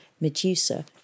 Medusa